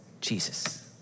Jesus